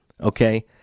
Okay